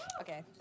okay